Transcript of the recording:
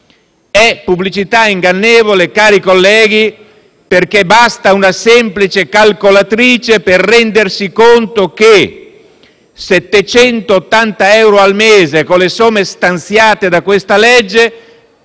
È pubblicità ingannevole, cari colleghi, perché basta una semplice calcolatrice per rendersi conto che 780 euro al mese con le somme stanziate dalla legge